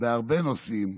בהרבה נושאים,